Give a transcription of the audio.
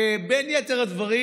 בין יתר הדברים,